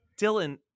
Dylan